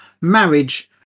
marriage